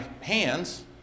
hands